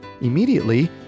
Immediately